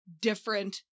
different